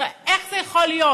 איך זה יכול להיות?